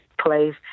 place